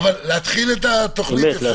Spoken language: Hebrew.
להתחיל את התוכנית?